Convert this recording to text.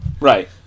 Right